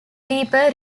deeper